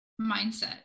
mindset